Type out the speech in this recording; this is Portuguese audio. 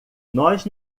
nós